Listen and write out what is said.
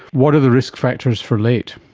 what are the risk factors for late?